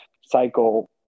cycle